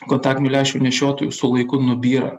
kontaktinių lęšių nešiotojų su laiku nubyra